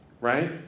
Right